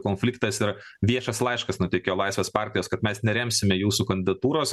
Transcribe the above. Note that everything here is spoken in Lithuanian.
konfliktas yra viešas laiškas nutekėjo laisvės partijos kad mes neremsime jūsų kandidatūros